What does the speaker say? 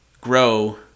grow